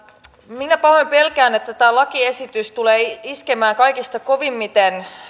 minä pahoin pelkään että tämä lakiesitys tulee iskemään kaikista kovimmin